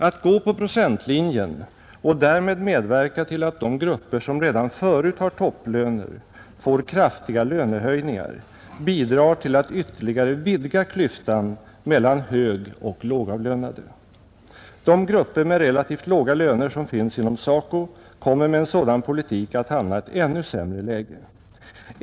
Att gå på procentlinjen och därmed medverka till att de grupper som redan förut har topplöner får kraftiga lönehöjningar bidrar till att ytterligare vidga klyftan mellan högoch lågavlönade. De grupper med relativt låga löner som finns inom SACO kommer med en sådan politik att hamna i ett ännu sämre läge.